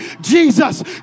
Jesus